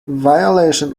violation